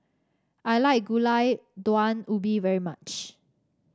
I like Gulai Daun Ubi very much